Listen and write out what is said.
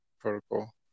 protocol